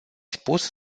spus